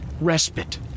Respite